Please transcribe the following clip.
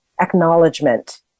acknowledgement